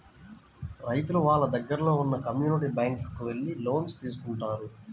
రైతులు వాళ్ళ దగ్గరలో ఉన్న కమ్యూనిటీ బ్యాంక్ కు వెళ్లి లోన్స్ తీసుకుంటారు